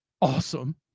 awesome